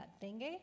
dengue